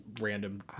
random